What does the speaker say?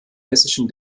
hessischen